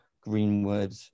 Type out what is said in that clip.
Greenwood